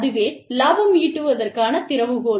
அதுவே லாபம் ஈட்டுவதற்கான திறவுகோல்